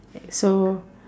that so